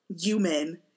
human